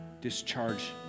discharge